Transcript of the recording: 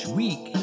week